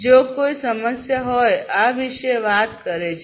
જો કોઈ સમસ્યા હોય આ વિશે વાત કરે છે